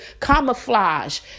camouflage